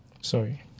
Sorry